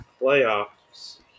playoffs